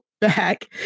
back